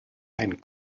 ein